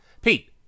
Pete